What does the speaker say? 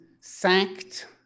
sacked